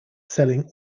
selling